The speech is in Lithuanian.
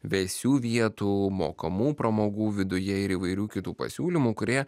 vėsių vietų mokamų pramogų viduje ir įvairių kitų pasiūlymų kurie